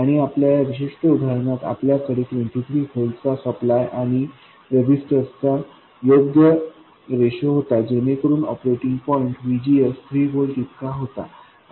आणि आपल्या या विशिष्ट उदाहरणात आपल्याकडे 23 व्होल्टचा सप्लाय आणि रजिस्टर्स चा योग्य रेशो होता जेणेकरून ऑपरेटिंग पॉईंटVGS 3 व्होल्ट इतका होता